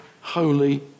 holy